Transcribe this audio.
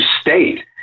state